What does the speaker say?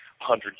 hundred